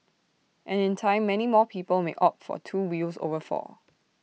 and in time many more people may opt for two wheels over four